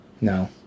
No